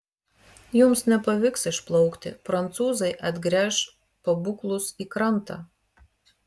jums nepavyks išplaukti prancūzai atgręš pabūklus į krantą